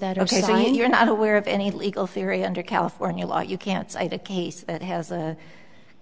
that ok so you're not aware of any legal theory under california law you can't cite a case that has a